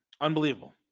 Unbelievable